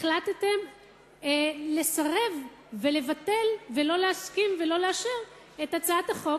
החלטתם לסרב ולבטל ולא להסכים ולא לאשר את הצעת החוק,